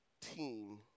team